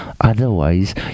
Otherwise